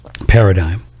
paradigm